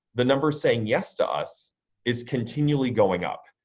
the numbers saying yes to us is continually going up.